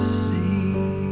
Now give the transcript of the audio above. see